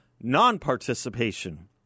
non-participation